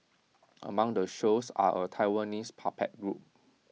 among the shows are A Taiwanese puppet group